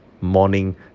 morning